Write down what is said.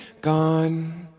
gone